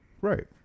right